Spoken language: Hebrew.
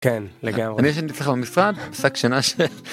כן לגמרי. אני ישן אצלך במשרד, שק שינה ש...